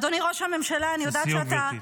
אדוני ראש הממשלה, אני יודעת -- לסיום, גברתי.